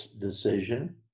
decision